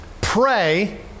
pray